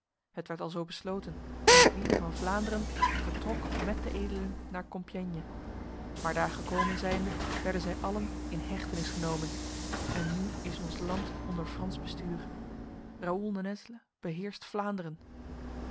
het werd alzo besloten en gwyde van vlaanderen vertrok met de edelen naar compiègne maar daar gekomen zijnde werden zij allen in hechtenis genomen en nu is ons land onder frans bestuur raoul de nesle beheerst vlaanderen